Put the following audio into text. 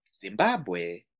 Zimbabwe